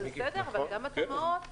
בסדר, אבל גם התמ"אות